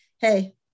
hey